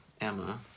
Emma